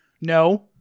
no